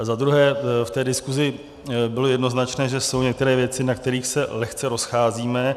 Zadruhé, v té diskusi bylo jednoznačné, že jsou některé věci, na kterých se lehce rozcházíme.